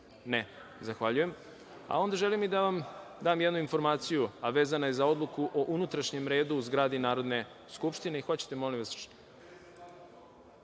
(Ne.)Zahvaljujem. Onda želim i da vam dam jednu informaciju, a vezana je za odluku o unutrašnjem redu u zgradi Narodne skupštine, član 23. koji kaže